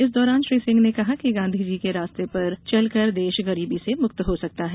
इस दौरान श्री सिंह ने कहा कि गांधी जी के रास्ते पर चलकर देश गरीबी से मुक्त हो सकता है